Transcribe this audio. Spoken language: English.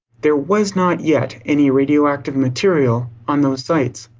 there was not yet any radioactive material on those sites.